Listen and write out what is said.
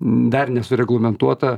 dar nesureglamentuota